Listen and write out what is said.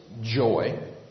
joy